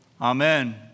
Amen